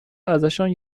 ازشان